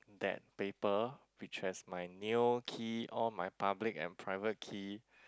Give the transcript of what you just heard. that paper which has my nail key all my public and private key